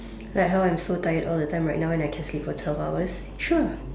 like how I'm so tired all the time right now and I can sleep for twelve hours sure